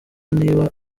niba